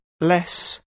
less